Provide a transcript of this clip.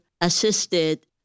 assisted